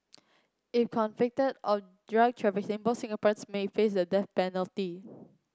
if convicted of drug trafficking both Singaporeans may face the death penalty